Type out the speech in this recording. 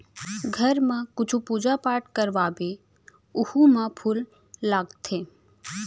घर म कुछु पूजा पाठ करवाबे ओहू म फूल लागथे